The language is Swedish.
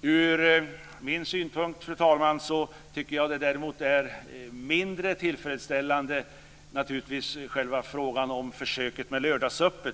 Fru talman! Från min synpunkt tycker jag däremot att själva frågan om försöket med lördagsöppet är mindre tillfredsställande.